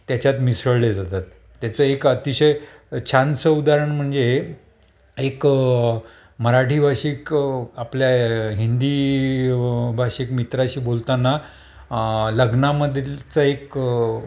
त्याच्यात मिसळले जातात त्याचं एक अतिशय छान स उदाहरण म्हणजे एक मराठी भाषिक आपल्या हिंदी भाषिक मित्राशी बोलताना लग्नामधीलच एक